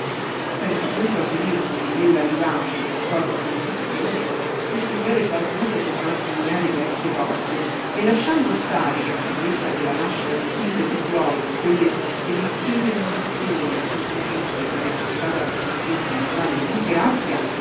senza punto avvilirsi di quella vivace concorde opposizione il signore barbuto tornò a sghignare parecchie volte e lasciando stare che anche questa della nascita d'un quinto figliuolo in quelle deliziose condizioni a suo giudizio sarebbe stata per se stessa una grande disgrazia